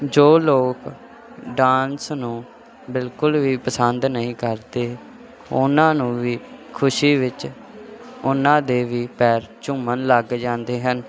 ਜੋ ਲੋਕ ਡਾਂਸ ਨੂੰ ਬਿਲਕੁਲ ਵੀ ਪਸੰਦ ਨਹੀਂ ਕਰਦੇ ਉਹਨਾਂ ਨੂੰ ਵੀ ਖੁਸ਼ੀ ਵਿੱਚ ਉਹਨਾਂ ਦੇ ਵੀ ਪੈਰ ਝੂੰਮਣ ਲੱਗ ਜਾਂਦੇ ਹਨ